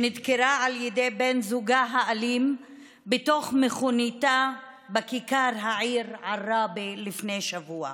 שנדקרה על ידי בן זוגה האלים בתוך מכוניתה בכיכר העיר עראבה לפני שבוע,